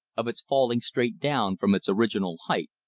of its falling straight down from its original height,